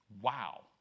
Wow